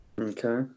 Okay